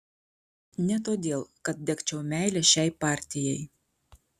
ne todėl kad degčiau meile šiai partijai